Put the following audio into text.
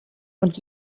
und